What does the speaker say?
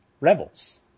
rebels